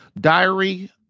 diary